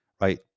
right